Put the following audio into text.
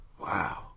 Wow